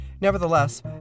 Nevertheless